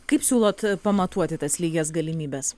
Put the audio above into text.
kaip siūlot pamatuoti tas lygias galimybes